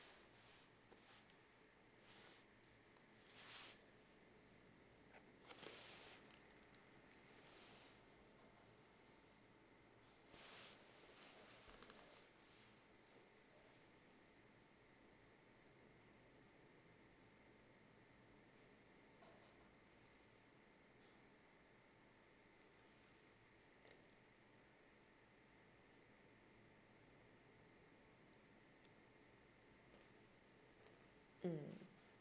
mm